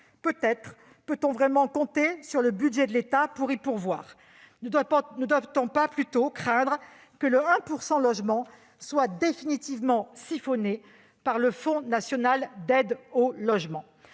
prochaine. Peut-on vraiment compter sur le budget de l'État pour y pourvoir ? Ne doit-on pas plutôt craindre que le 1 % logement soit définitivement siphonné par le Fonds national d'aide au logement ?